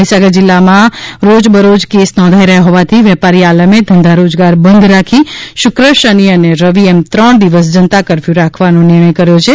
મહીસાગર જિલ્લામાં રોજ બરોજ કેસ નોંધાઈ રહ્યા હોવાથી વેપારી આલમે ધંધા રોજગાર બંધ રાખી શુક્ર શનિ અને રવિ એમ ત્રણ દિવસ જનતા કર્ફયુ રાખવાનો નિર્ણય કર્યો છે